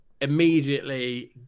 immediately